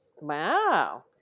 Wow